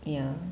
ya